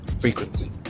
frequency